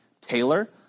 Taylor